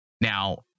Now